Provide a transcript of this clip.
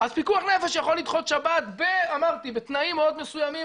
אז פיקוח נפש יכול לדחות שבת בתנאים מאוד מסוימים,